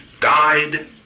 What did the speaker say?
died